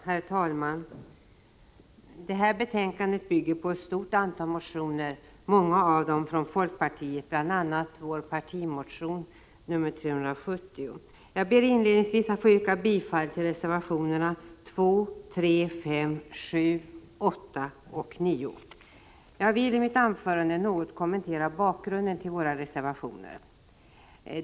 Herr talman! Detta betänkande bygger på ett stort antal motioner. Många 20 november 1985 av dessa motioner är från folkpartiet, bl.a. vår partimotion 370. Inlednings= = Tru. aeg oo vis ber jag att få yrka bifall till reservationerna 2, 3, 5, 7, 8 och 9. Jag vill i mitt anförande något kommentera bakgrunden till våra reservationer.